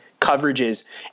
coverages